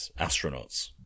astronauts